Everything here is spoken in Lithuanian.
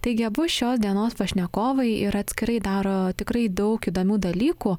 taigi abu šios dienos pašnekovai ir atskirai daro tikrai daug įdomių dalykų